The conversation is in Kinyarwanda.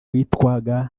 witwaga